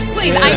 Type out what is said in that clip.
Please